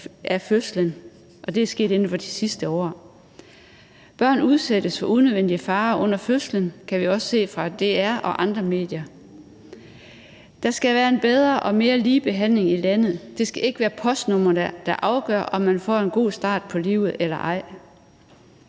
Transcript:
af fødslen. Og det er sket inden for de sidste år. Børn udsættes for unødvendig fare under fødslen, kan vi også se fra DR og andre medier. Der skal være en bedre og mere lige behandling i landet. Det skal ikke være postnumrene, der afgør, om man får en god start på livet eller ej.